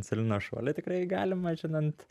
insulino šuoliai tikrai galima žinant